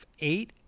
Eight